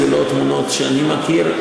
זה לא התמונה שאני מכיר,